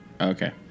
okay